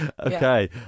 Okay